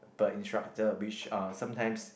per instructor which are sometimes